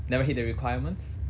never hit the requirements